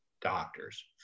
doctors